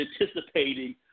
anticipating